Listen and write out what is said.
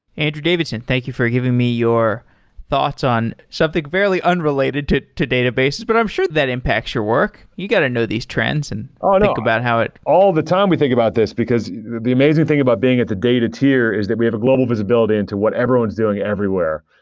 andrew davidson, thank you for giving me your thoughts on something fairly unrelated to to database. but i'm sure that impacts your work. you get to know these trends and ah think about how it oh, no. all the time we think about this, because the amazing thing about being at the data tier is that we have a global visibility into what everyone's doing everywhere.